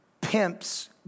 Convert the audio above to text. pimps